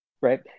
right